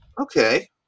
Okay